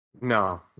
No